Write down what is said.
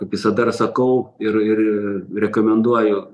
kaip visada sakau ir rekomenduoju